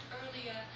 earlier